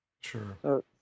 Sure